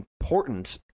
important